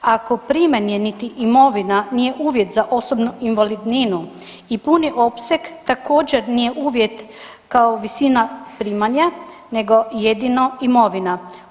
Ako primanje niti imovina nije uvjet za osobnu invalidninu i puni opseg također nije uvjet kao visina primanja nego jedino imovina.